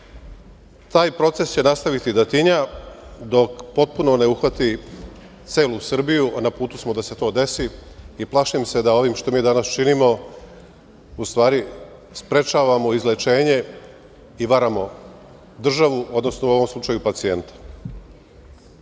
Taj proces će nastaviti da tinja dok potpuno ne uhvati celu Srbiju, a na putu smo da se to desi i plašim se da ovim što mi danas činimo u stvari, sprečavamo izlečenje i varamo državu, odnosno u ovom slučaju pacijenta. Šta